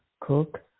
cook